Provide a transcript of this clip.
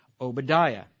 Obadiah